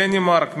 מדינה כמו דנמרק,